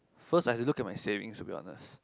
first I have to look at my savings to be honest